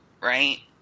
right